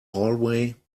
hallway